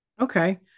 Okay